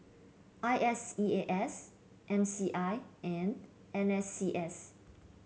I S E A S M C I and N S C S